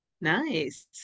Nice